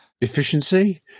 efficiency